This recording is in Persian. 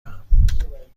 دهم